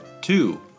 Two